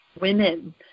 women